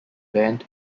band